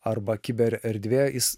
arba kiber erdvė jis